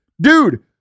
dude